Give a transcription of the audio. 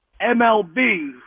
MLB